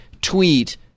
tweet